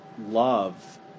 love